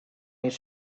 his